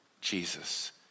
Jesus